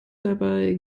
dabei